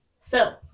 phil